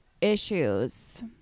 issues